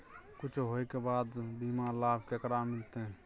कुछ होय के बाद बीमा लाभ केकरा मिलते?